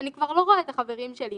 אני כבר לא רואה את החברים שלי,